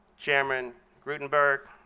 chairman gruenberg,